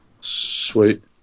sweet